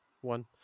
one